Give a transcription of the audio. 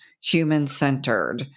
human-centered